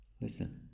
Listen